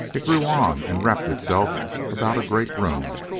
it grew on and wrapped itself about a great room,